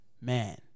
man